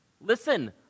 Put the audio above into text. listen